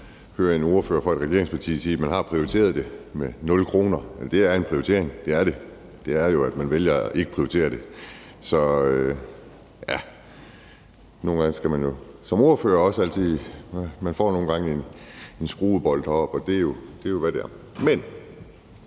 høre en ordfører fra et regeringsparti sige, at man har prioriteret det med 0 kr. Det er en prioritering, det er det, nemlig at man jo vælger ikke at prioritere det. Nogle gange får man som ordfører en skruebold heroppe, og det er jo, hvad det er. Jeg